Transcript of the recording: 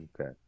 Okay